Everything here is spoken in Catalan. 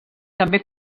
també